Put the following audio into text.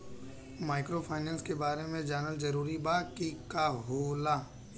Microfinance के बारे में जानल जरूरी बा की का होला ई?